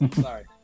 sorry